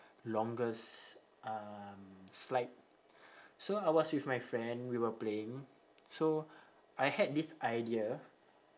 longest um slide so I was with my friend we were playing so I had this idea